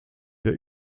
der